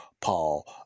Paul